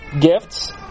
gifts